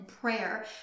prayer